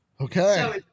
Okay